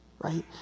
right